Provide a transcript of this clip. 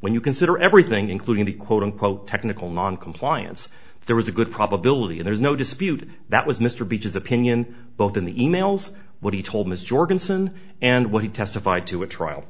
when you consider everything including the quote unquote technical noncompliance there was a good probability and there's no dispute that was mr beaches opinion both in the e mails what he told ms jorgensen and what he testified to a trial